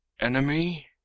enemy